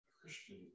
Christian